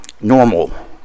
normal